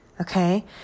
okay